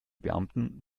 beamten